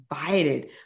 invited